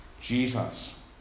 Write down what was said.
Jesus